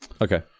Okay